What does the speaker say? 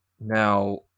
now